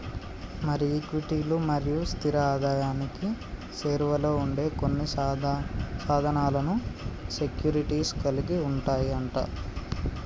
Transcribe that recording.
మరి ఈక్విటీలు మరియు స్థిర ఆదాయానికి సేరువలో ఉండే కొన్ని సాధనాలను సెక్యూరిటీస్ కలిగి ఉంటాయి అంట